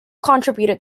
contributed